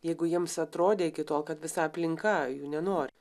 jeigu jiems atrodė iki to kad visa aplinka jų nenori